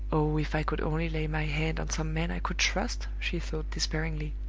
oh, if i could only lay my hand on some man i could trust! she thought, despairingly.